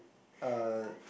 uh